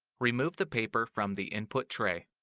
remove the paper from the input tray.